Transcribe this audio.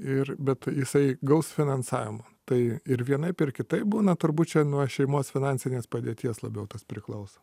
ir bet jisai gaus finansavimą tai ir vienaip ir kitaip būna turbūt čia nuo šeimos finansinės padėties labiau tas priklauso